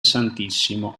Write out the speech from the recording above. santissimo